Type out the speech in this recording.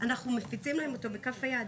אנחנו מפיצים להם אותו בכף היד.